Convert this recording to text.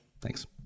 thanks